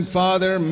father